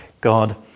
God